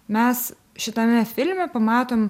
mes šitame filme pamatom